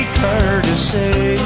courtesy